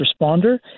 responder